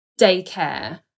daycare